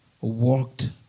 Walked